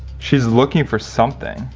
she's looking for something.